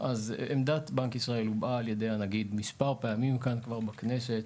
עמדת בנק ישראל הובעה על ידי הנגיד מספר פעמים כאן כבר בכנסת,